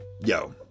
yo